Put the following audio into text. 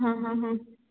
हां हां हां